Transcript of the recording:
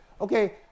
okay